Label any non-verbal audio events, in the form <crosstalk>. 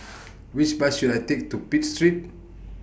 <noise> Which Bus should I Take to Pitt Street